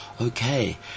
okay